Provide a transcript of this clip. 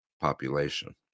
population